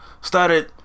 started